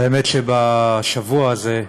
האמת שבשבוע הזה,